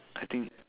I think